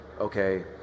okay